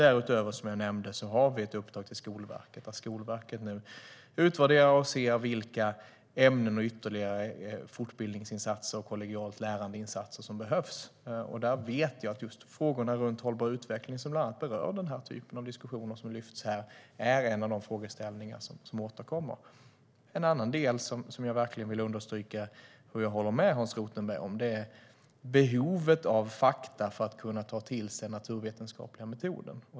Därutöver finns ett uppdrag till Skolverket att utvärdera vilka ämnen, ytterligare fortbildningsinsatser och kollegialt lärande insatser som behövs. Där vet jag att frågan om hållbar utveckling, som bland annat berör den typen av diskussioner som har lyfts fram här, är en av de frågor som återkommer. En annan del som jag verkligen vill understryka, och jag håller med Hans Rothenberg, är behovet av fakta för att ta till sig den naturvetenskapliga metoden.